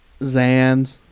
zans